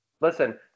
Listen